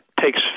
takes